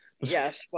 Yes